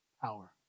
power